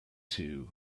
two